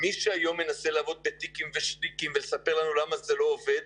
מי שהיום מנסה לעבוד היום בטיקים ובשטיקים ולספר לנו למה זה לא עובד,